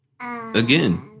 Again